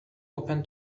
open